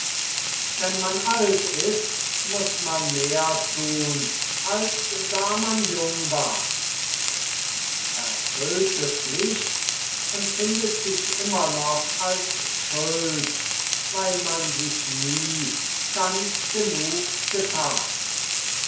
wenn man alt ist muß man mehr tun als da man jung war erfüllte pflicht empfindet sich immer noch als schuld weil man sich nie ganz genug getan